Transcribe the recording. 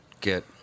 get